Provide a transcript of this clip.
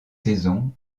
saisons